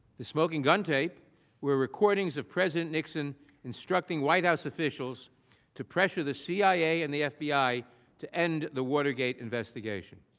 the smoking gun tape were recordings of president nixon instructing white house officials to pressure the cia and the fbi to in the watergate investigation.